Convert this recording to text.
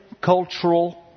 cultural